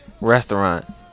restaurant